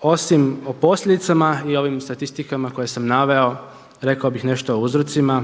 osim o posljedicama i ovim statistikama koje sam naveo rekao bih nešto o uzrocima.